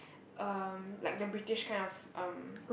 um like the British kind of um